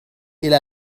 إلى